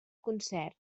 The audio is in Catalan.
concert